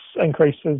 increases